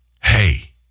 Hey